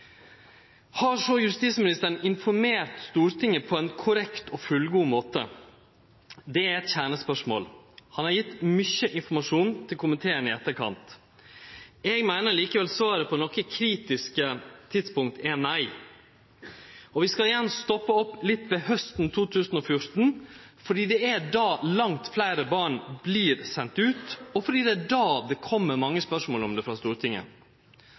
Har så justisministeren informert Stortinget på ein korrekt og fullgod måte? Det er eit kjernespørsmål. Han har gjeve mykje informasjon til komiteen i etterkant. Eg meiner likevel svaret på nokre kritiske tidspunkt er nei. Vi skal igjen stoppe opp ved hausten 2014, fordi det er då langt fleire barn vert sende ut, og fordi det er då det kjem mange spørsmål om det frå Stortinget.